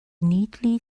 neatly